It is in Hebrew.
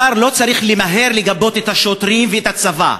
השר לא צריך למהר לגבות את השוטרים ואת הצבא,